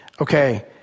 okay